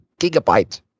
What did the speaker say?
gigabyte